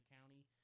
county